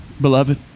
beloved